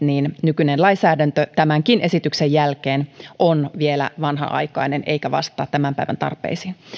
nykyinen lainsäädäntö tämänkin esityksen jälkeen on vielä vanhanaikainen eikä vastaa tämän päivän tarpeisiin